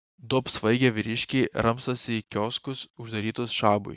du apsvaigę vyriškiai ramstosi į kioskus uždarytus šabui